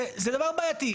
זה דבר בעייתי.